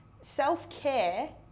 Self-care